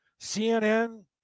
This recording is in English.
CNN